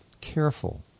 careful